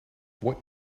what